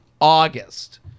August—